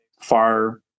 far